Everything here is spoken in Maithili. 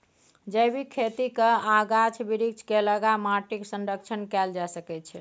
जैबिक खेती कए आ गाछ बिरीछ केँ लगा माटिक संरक्षण कएल जा सकै छै